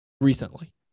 recently